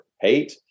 hate